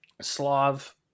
Slav